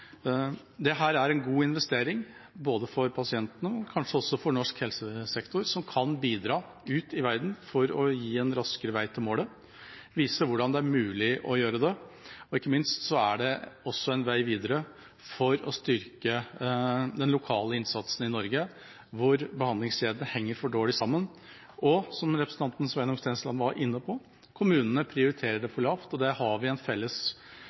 er en god investering både for pasientene og kanskje også for norsk helsesektor, som kan bidra ut i verden for å få en raskere vei til målet, vise hvordan det er mulig å gjøre det, og ikke minst er det også en vei videre for å styrke den lokale innsatsen i Norge hvor behandlingskjedene henger for dårlig sammen. Og, som representanten Sveinung Stensland var inne på, kommunene prioriterer det for lavt. Der har vi en felles